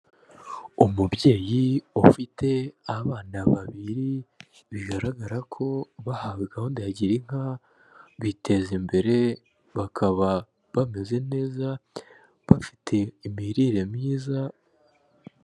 Umubyeyi ufite abana babiri, bigaragara ko bahawe gahunda ya gira inka, biteza imbere, bakaba bameze neza, bafite imirire myiza.